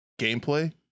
gameplay